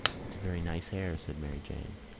it's a very nice air, said mary jane.